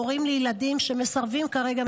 הורים לילדים שמסרבים כרגע,